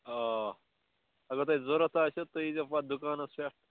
آ اگر تۄہہِ ضوٚرَتھ آسیو تُہۍ ییٖزیو پتہٕ دُکانس پٮ۪ٹھ